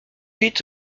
huit